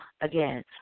Again